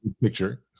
Picture